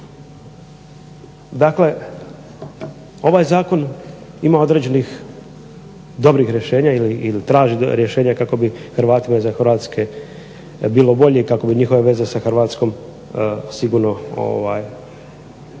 Dakle ovaj zakon ima određenih dobrih rješenja kako bi Hrvatima izvan Hrvatske bilo bolje i kako bi njihove veze s Hrvatskom sigurno